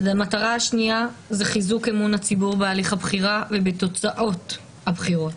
המטרה השנייה היא חיזוק אמון הציבור והליך הבחירה ותוצאות הבחירות.